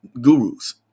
gurus